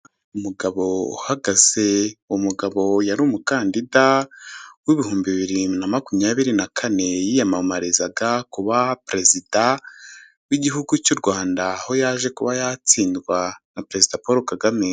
Umugabo uhagaze umugabo yari umukandida w'ibihumbi bibiri na makumyabiri na kane yiyamamarizaga kuba perezida w'igihugu cy' u Rwanda aho yaje kuba yatsindwa na perezida Paul Kagame.